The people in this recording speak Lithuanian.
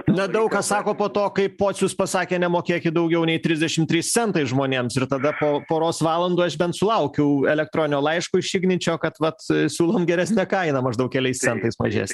na daug kas sako po to kai pocius pasakė nemokėkit daugiau nei trisdešim trys centai žmonėms ir tada po poros valandų aš bent sulaukiau elektroninio laiško iš igničio kad vat siūlom geresnę kainą maždaug keliais centais mažesnę